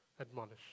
admonish